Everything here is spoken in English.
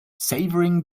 savouring